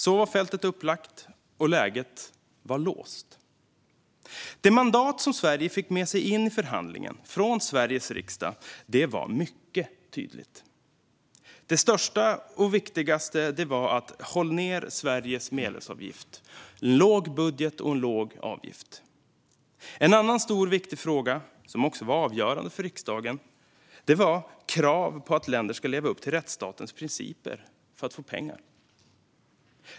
Så var fältet upplagt och läget var låst. Det mandat som Sverige fick med sig in i förhandlingen från Sveriges riksdag var mycket tydligt. Det största och viktigaste var en låg budget och att hålla nere Sveriges medlemsavgift. En annan stor och viktig fråga, som också var avgörande för riksdagen, var krav på att länder ska leva upp till rättsstatens principer för att få pengar.